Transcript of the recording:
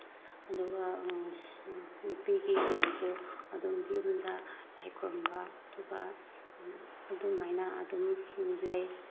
ꯑꯗꯨꯒ ꯅꯨꯄꯤꯒꯤ ꯑꯣꯏꯅꯁꯨ ꯑꯗꯨꯝ ꯚ꯭ꯂꯨꯜꯗ ꯂꯥꯏ ꯈꯨꯔꯨꯝꯕ ꯑꯗꯨꯒ ꯑꯗꯨꯃꯥꯏꯅ ꯑꯗꯨꯝ ꯂꯩ